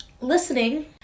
listening